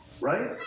right